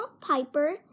Piper